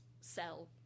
sell